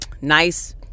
nice